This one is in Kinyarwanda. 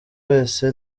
wese